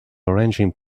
arranging